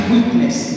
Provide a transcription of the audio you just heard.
Weakness